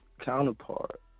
counterpart